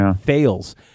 fails –